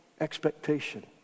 expectation